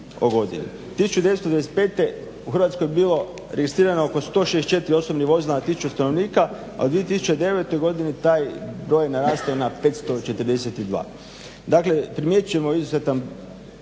1995.u Hrvatskoj je bilo registrirano oko 164 osobnih vozila na tisuću stanovnika a u 2009.taj je broj narastao na 542. Dakle, primjećujemo izuzetan